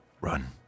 run